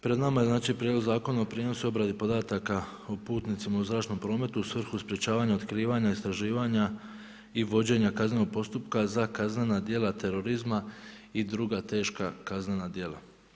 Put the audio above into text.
Pred nama je prijedlog Zakona o prijenosi i obradi podataka o putnicima u zračnom prometu u svrhu sprječavanja, otkrivanja, istraživanja i vođenja kaznenog postupka za kaznena djela terorizma i druga teška kaznena djela.